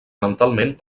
mentalment